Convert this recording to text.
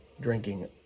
drinking